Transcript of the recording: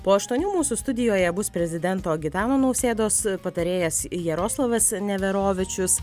po aštuonių mūsų studijoje bus prezidento gitano nausėdos patarėjas jaroslavas neverovičius